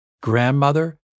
grandmother